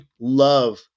love